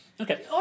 Okay